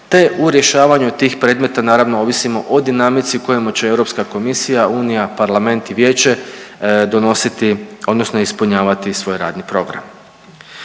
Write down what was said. te u rješavanju tih predmeta naravno ovisimo o dinamici kojima će Europska komisija, Unija, Parlament i Vijeće donositi, odnosno ispunjavati svoj radni program.